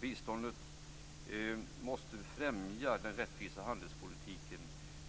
Biståndet måste främja den rättvisa handelspolitiken,